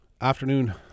afternoon